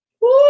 Woo